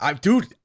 Dude